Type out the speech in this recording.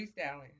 freestyling